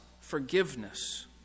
forgiveness